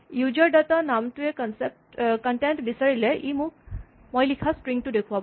user data নামটোৰ content বিচাৰিলে ই মোক মই লিখা স্ট্ৰিং টো দেখুৱাব